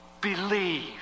believe